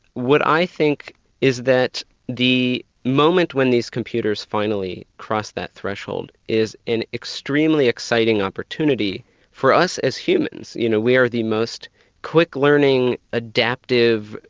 what i think is that the moment when these computers finally cross that threshold, there's an extremely exciting opportunity for us as humans, you know, we're the most quick-learning, adaptive,